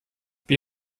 wie